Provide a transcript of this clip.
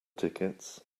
tickets